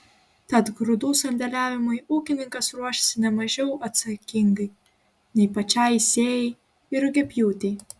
tad grūdų sandėliavimui ūkininkas ruošiasi ne mažiau atsakingai nei pačiai sėjai ir rugiapjūtei